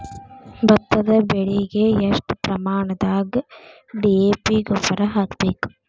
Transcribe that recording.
ಭತ್ತದ ಬೆಳಿಗೆ ಎಷ್ಟ ಪ್ರಮಾಣದಾಗ ಡಿ.ಎ.ಪಿ ಗೊಬ್ಬರ ಹಾಕ್ಬೇಕ?